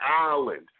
island